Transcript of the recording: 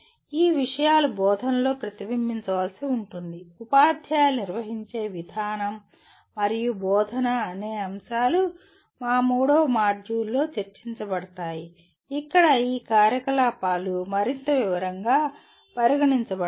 ఈ విషయాలు బోధనలో ప్రతిబింబించవలసి ఉంటుంది ఉపాధ్యాయులు నిర్వహించే విధానం మరియు బోధన అనే అంశాలు మా మూడవ మాడ్యూల్ లో చర్చించబడతాయి ఇక్కడ ఈ కార్యకలాపాలు మరింత వివరంగా పరిగణించబడతాయి